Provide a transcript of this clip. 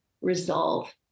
resolve